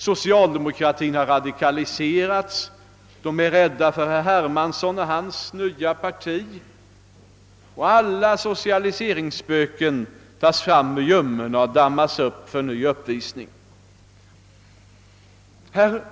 Socialdemokraterna har radikaliserats, säger man, de är rädda för herr Hermansson och hans nya parti, och alla socialiseringsspöken tas fram ur gömmorna och dammas av för ny uppvisning.